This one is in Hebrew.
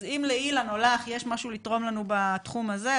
אז אם לאילן או לרחל יש משהו לתרום לנו בתחום הזה,